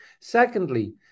Secondly